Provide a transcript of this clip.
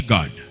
God